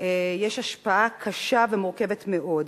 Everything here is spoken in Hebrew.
יש השפעה קשה ומורכבת מאוד.